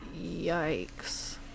Yikes